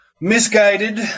Misguided